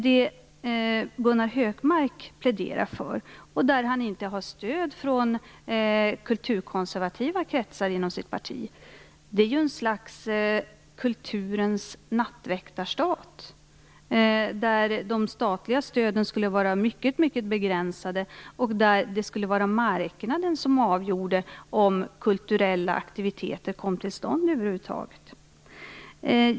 Det Gunnar Hökmark pläderar för - han har inte stöd från kulturkonservativa kretsar inom sitt parti - är ett slags kulturens nattväktarstat, där de statliga stöden skulle vara mycket begränsade och där marknaden skulle avgöra om kulturella aktiviteter kom till stånd över huvud taget.